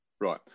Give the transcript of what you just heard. Right